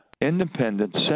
independent